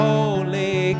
Holy